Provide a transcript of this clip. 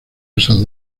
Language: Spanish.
esas